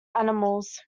animals